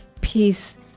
peace